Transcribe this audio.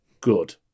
good